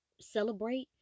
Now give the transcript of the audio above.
Celebrate